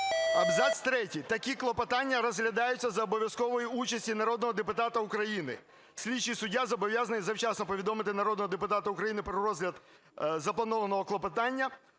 "Абзац 3. Такі клопотання розглядаються за обов'язковою участю народного депутата України. Слідчий суддя зобов'язаний завчасно повідомити народного депутата України про розгляд запланованого клопотання,